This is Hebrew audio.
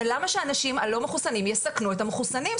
למה שהאנשים הלא-מחוסנים יסכנו את המחוסנים?